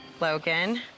logan